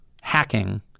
hacking